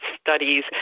studies